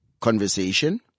conversation